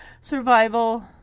survival